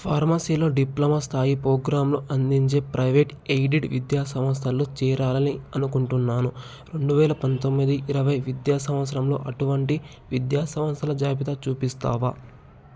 ఫార్మసీలో diploma స్థాయి programme అందించే private aided విద్యా సమస్థల్లో చేరాలి అనుకుంటున్నాను రెండు వేల పంతొమ్మిది ఇరవై విద్యా సంవత్సరంలో అటువంటి విద్యా సమస్థల జాబితా చూపిస్తావా